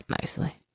nicely